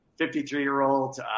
53-year-old